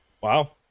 Wow